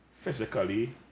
physically